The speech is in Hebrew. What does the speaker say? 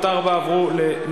תפעלו מעבר להוראות והנחיות,